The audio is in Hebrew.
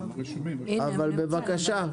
אבל בבקשה,